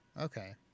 Okay